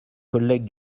collègues